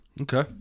Okay